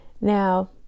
Now